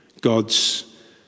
God's